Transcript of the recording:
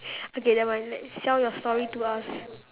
okay never mind let sell your story to us